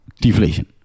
deflation